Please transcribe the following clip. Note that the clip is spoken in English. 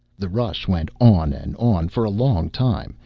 the rush went on and on, for a long time,